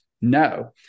No